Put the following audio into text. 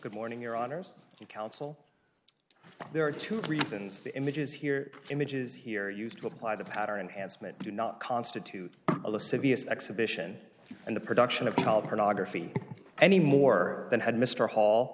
good morning your honors you counsel there are two reasons the images here images here used to apply the pattern has meant do not constitute a list of us exhibition and the production of child pornography any more than had mr hall